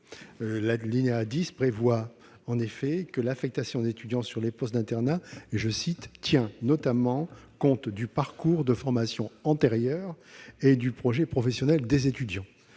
L'alinéa 10 prévoit en effet que l'affectation des étudiants sur les postes d'internat tient notamment compte du parcours de formation antérieur et du projet professionnel des étudiants.